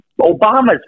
Obama's